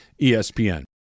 ESPN